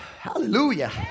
hallelujah